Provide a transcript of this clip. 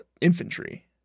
infantry